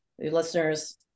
Listeners